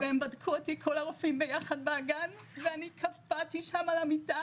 והם בדקו אותי כל הרופאים ביחד באגן ואני קפאתי שם על המיטה